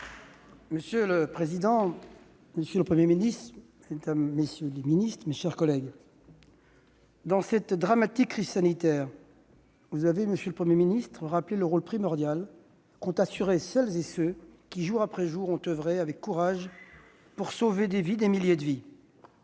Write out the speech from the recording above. En Marche. Monsieur le président, mesdames, messieurs les ministres, mes chers collègues, dans cette dramatique crise sanitaire, vous avez, monsieur le Premier ministre, rappelé le rôle primordial qu'ont assuré celles et ceux qui, jour après jour, ont oeuvré avec courage pour sauver des vies, des milliers de vies.